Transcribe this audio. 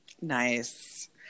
Nice